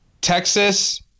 Texas –